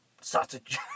sausage